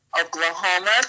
Oklahoma